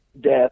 death